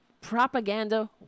Propaganda